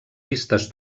vistes